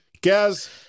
Gaz